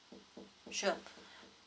sure